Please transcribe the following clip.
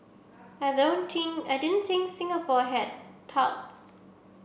I don't think I didn't think Singapore had touts